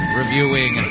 reviewing